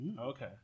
okay